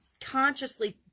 consciously